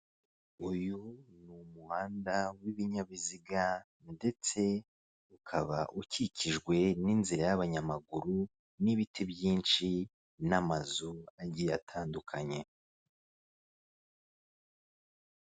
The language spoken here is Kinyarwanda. Uyu ni umuhanda w'ibinyabiziga ndetse ukaba ukikijwe n'inzira y'abanyamaguru n'ibiti byinshi n'amazu agiye atandukanye.